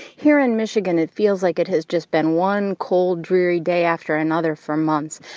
here in michigan, it feels like it has just been one cold, dreary day after another for months.